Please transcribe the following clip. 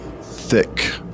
thick